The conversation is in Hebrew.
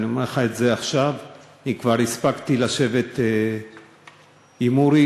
אני אומר לך את זה עכשיו כי כבר הספקתי לשבת עם אורי,